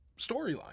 storyline